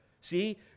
See